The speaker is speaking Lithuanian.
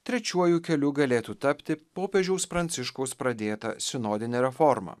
trečiuoju keliu galėtų tapti popiežiaus pranciškaus pradėta sinodinė reforma